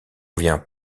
vient